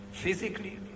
physically